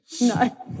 No